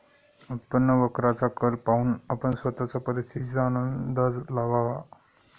उत्पन्न वक्राचा कल पाहून आपण स्वतःच परिस्थितीचा अंदाज लावावा